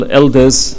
elders